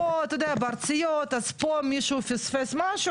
פה אתה יודע בארציות אז פה מישהו פספס משהו